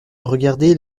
regarder